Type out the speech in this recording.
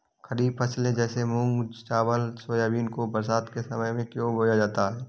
खरीफ फसले जैसे मूंग चावल सोयाबीन को बरसात के समय में क्यो बोया जाता है?